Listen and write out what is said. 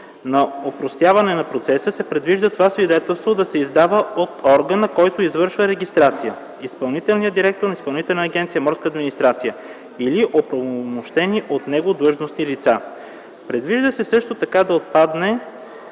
на опростяване на процеса се предвижда това свидетелство да се издава от органа, който извършва регистрацията – изпълнителния директор на Изпълнителна агенция „Морска администрация” или оправомощени от него длъжностни лица. Предвижда се също така отпадане